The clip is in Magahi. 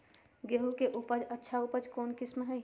गेंहू के बहुत अच्छा उपज कौन किस्म होई?